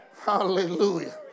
Hallelujah